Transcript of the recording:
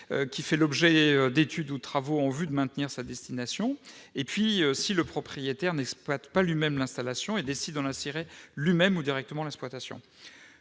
fait l'objet d'études ou de travaux en vue de maintenir la destination de l'infrastructure ; si le propriétaire, n'exploitant pas lui-même l'installation, décide d'en assurer lui-même directement l'exploitation.